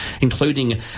including